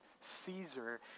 Caesar